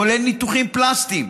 כולל ניתוחים פלסטיים.